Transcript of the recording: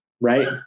right